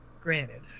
granted